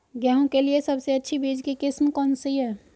गेहूँ के लिए सबसे अच्छी बीज की किस्म कौनसी है?